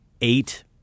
eight